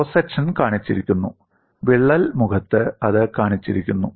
cross section കാണിച്ചിരിക്കുന്നു വിള്ളൽ മുഖത്ത് അത് കാണിച്ചിരിക്കുന്നു